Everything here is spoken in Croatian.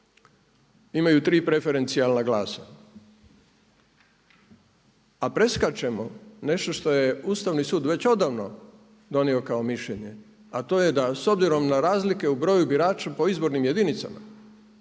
imaju tri preferencijalna glasa. A preskačemo nešto što je Ustavni sud već odavno donio kao mišljenje, a to je da s obzirom na razlike u broju birača po izbornim jedinicama